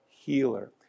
healer